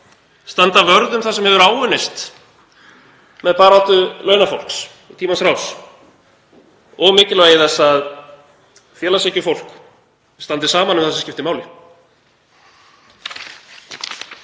standa vörð um það sem hefur áunnist með baráttu launafólks í tímans rás og mikilvægi þess að félagshyggjufólk standi saman um það sem skiptir máli.